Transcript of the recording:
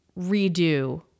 redo